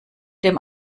dem